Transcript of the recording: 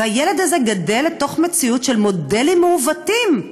והילד הזה גדל לתוך מציאות של מודלים מעוותים.